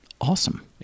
Awesome